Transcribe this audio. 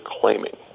claiming